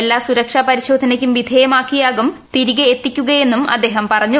എല്ലാ സുരക്ഷാ പരിശോധനയ്ക്കും വിധേയമാക്കിയാകും തിരികെ എത്തിക്കുകയെന്നും അദ്ദേഹം പറഞ്ഞു